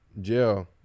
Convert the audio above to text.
Jail